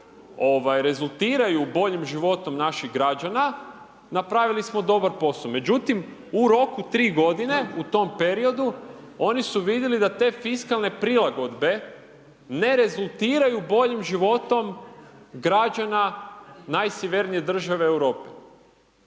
rezultiraju boljim životom naših građana, napravili smo dobar posao. Međutim u roku 3 godine, u tom periodu oni su vidjeli da te fiskalne prilagodbe, ne rezultiraju boljim životom građana najsjevernije države Europe.